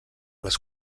les